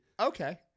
okay